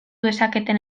dezaketen